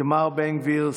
איתמר בן גביר,